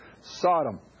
Sodom